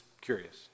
curious